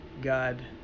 god